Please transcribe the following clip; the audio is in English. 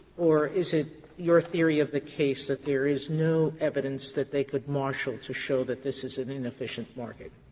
or is it your theory of the case that there is no evidence that they could marshal to show that this is an inefficient market?